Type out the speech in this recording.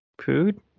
food